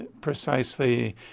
precisely